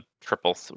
triple